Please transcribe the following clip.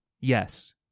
Yes